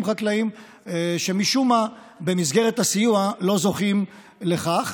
חקלאיים שמשום מה במסגרת הסיוע לא זוכים לכך.